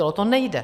To nejde.